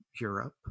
Europe